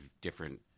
different